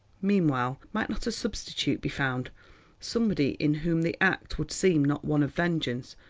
meanwhile, might not a substitute be found somebody in whom the act would seem not one of vengeance,